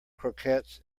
croquettes